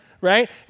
right